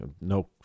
No